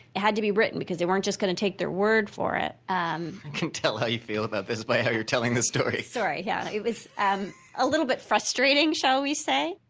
it had to be written, because they weren't just gonna take their word for it i um can tell how you feel about this by how you're telling the story sorry, yeah. it was and a little bit frustrating, shall we say?